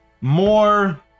more